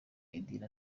idini